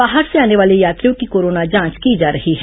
बाहर से आने वाले यात्रियों की कोरोना जांच की जा रही है